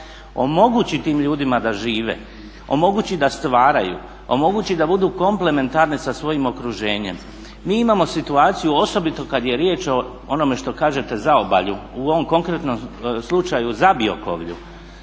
omogući tim ljudima da žive, omogući da stvaraju, omogući da budu komplementarne sa svojim okruženjem. Mi imamo situaciju osobito kada je riječ o onome što kažete zaobalju u ovom konkretnom slučaju Zabiokovlju